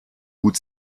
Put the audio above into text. gut